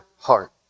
heart